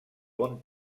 bon